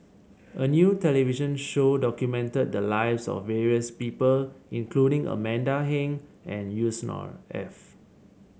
a new television show documented the lives of various people including Amanda Heng and Yusnor Ef